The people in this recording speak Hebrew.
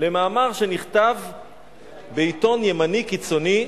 למאמר שנכתב בעיתון ימני קיצוני,